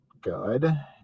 good